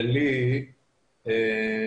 לד"ר ליהי שחר,